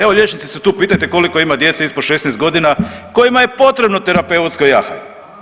Evo liječnici su tu, pitajte koliko ima djece ispod 16 godina kojima je potrebno terapeutsko jahanje.